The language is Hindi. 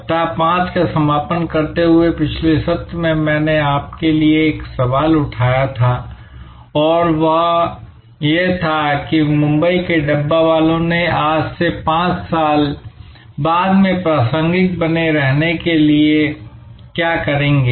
सप्ताह संख्या 5 का समापन करते हुए पिछले सत्र में मैंने आपके लिए एक सवाल उठाया था और वह यह था कि मुंबई के डब्बावालों ने आज से 5 साल बाद मे प्रासंगिक बने रहने के लिए क्या करेंगे